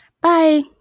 Bye